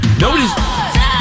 Nobody's